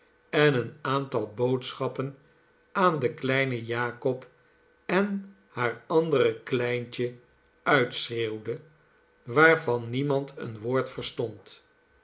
en een aantal boodschappen aan den kleinen jakob en haar ander kleintje uitschreeuwde waarvan niemand een woord verstond